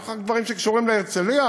רק דברים שקשורים להרצליה,